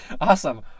Awesome